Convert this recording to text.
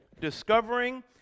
discovering